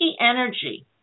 energy